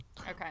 okay